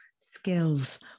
skills